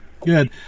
Good